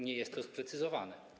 Nie jest to sprecyzowane.